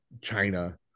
China